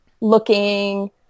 looking